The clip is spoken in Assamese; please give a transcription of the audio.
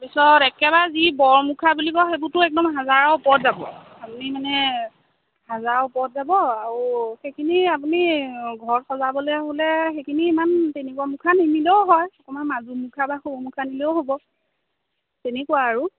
তাৰপিছত একেবাৰে যি বৰমুখা বুলি কয় সেইবোৰতো একদম হাজাৰৰ ওপৰত যাব আপুনি মানে হাজাৰৰ ওপৰত যাব আৰু সেইখিনি আপুনি ঘৰত সজাবলে হ'লে সেইখিনি ইমান তেনেকুৱা মুখা নিনিলেও হয় অকমান মাজু মুখা বা সৰু মুখা নিলেও হ'ব তেনেকুৱা আৰু